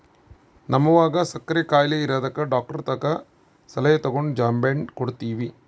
ನಮ್ವಗ ಸಕ್ಕರೆ ಖಾಯಿಲೆ ಇರದಕ ಡಾಕ್ಟರತಕ ಸಲಹೆ ತಗಂಡು ಜಾಂಬೆಣ್ಣು ಕೊಡ್ತವಿ